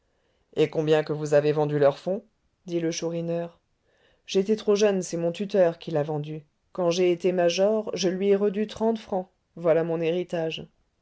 et combien que vous avez vendu leur fonds dit le chourineur j'étais trop jeune c'est mon tuteur qui l'a vendu quand j'ai été major je lui ai redû trente francs voilà mon héritage